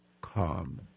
calm